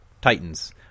titans